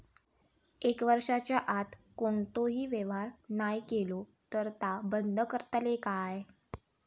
एक वर्षाच्या आत कोणतोही व्यवहार नाय केलो तर ता बंद करतले काय?